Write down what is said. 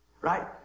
Right